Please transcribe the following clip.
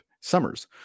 summers